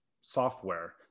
software